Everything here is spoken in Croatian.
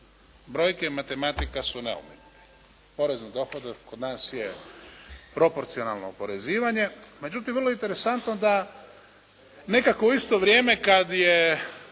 brojke i matematika su …/Govornik se ne razumije./… Porez na dohodak kod nas je proporcionalno oporezivanje. Međutim, vrlo interesantno je da nekako u isto vrijeme kada je